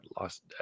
lost